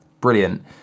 Brilliant